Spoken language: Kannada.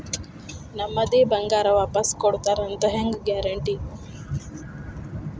ನಮ್ಮದೇ ಬಂಗಾರ ವಾಪಸ್ ಕೊಡ್ತಾರಂತ ಹೆಂಗ್ ಗ್ಯಾರಂಟಿ?